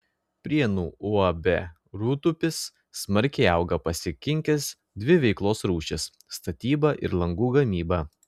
prienų uab rūdupis smarkiai auga pasikinkęs dvi veiklos rūšis statybą ir langų gamybą